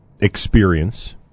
experience